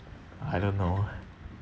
I don't know